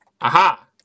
aha